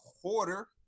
quarter